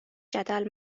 جدل